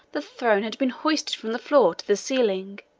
the throne had been hoisted from the floor to the ceiling,